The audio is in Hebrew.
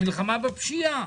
המלחמה בפשיעה.